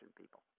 people